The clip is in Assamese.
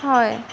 হয়